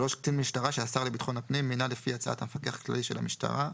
(3)קצין משטרה שהשר לביטחון פנים מינה לפי הצעת המפקח הכללי של המשטרה.